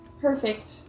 perfect